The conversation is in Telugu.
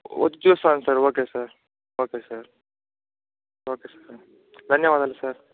వచ్చు చూస్తాను sir okay sir okay sir okay sir ధన్యవాదాలు సార్